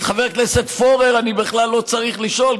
את חבר הכנסת פורר אני בכלל לא צריך לשאול.